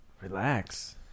relax